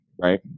Right